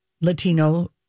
Latino